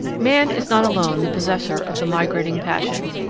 man is not alone the possessor of the migrating passion.